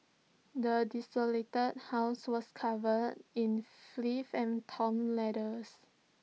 the desolated house was covered in and torn letters